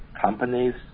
companies